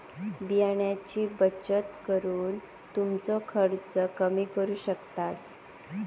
बियाण्यांची बचत करून तुमचो खर्च कमी करू शकतास